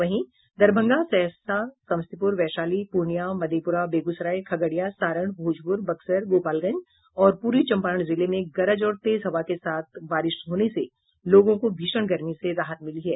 वहीं दरभंगा सहरसा समस्तीपुर वैशाली पूर्णिया मधेपुरा बेगूसराय खगड़िया सारण भोजपुर बक्सर गोपालगंज और पूर्वी चंपारण जिले में गरज और तेज हवा के साथ बारिश होने से लोगों को भीषण गर्मी से राहत मिली है